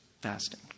fasting